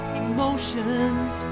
emotions